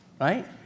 right